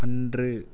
அன்று